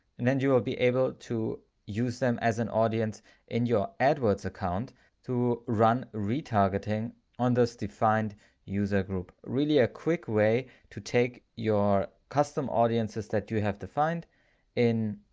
and then you will be able to use them as an audience in your adwords account to run retargeting on this defined user group. really a quick way to take your custom audiences that you have defined in